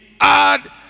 add